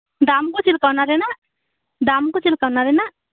ᱫᱟᱢᱠᱚ ᱪᱮᱫ ᱞᱮᱠᱟ ᱚᱱᱟᱨᱮᱱᱟᱜ ᱫᱟᱢᱠᱚ ᱪᱮᱫ ᱞᱮᱠᱟ ᱚᱱᱟᱨᱮᱱᱟᱜ